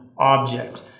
Object